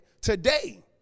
today